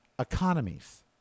economies